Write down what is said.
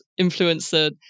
influencer